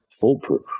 foolproof